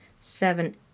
seven